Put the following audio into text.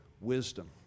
wisdom